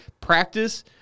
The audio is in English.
practice